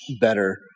better